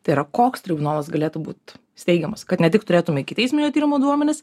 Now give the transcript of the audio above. tai yra koks tribunolas galėtų būti steigiamas kad ne tik turėtume ikiteisminio tyrimo duomenis